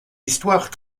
histoire